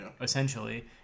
essentially